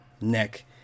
neck